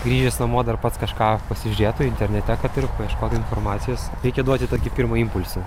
grįžęs namo dar pats kažką pasižiūrėtų internete kad ir paieškotų informacijos reikia duoti tokį pirmą impulsą